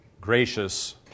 gracious